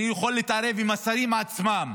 אני יכול להתערב עם השרים עצמם